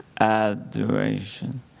Adoration